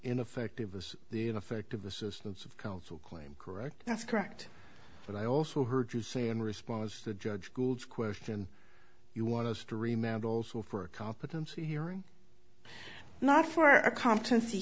ineffectiveness the ineffective assistance of counsel claim correct that's correct but i also heard you say in response to judge gould question you want us to remember also for a competency hearing not for a competency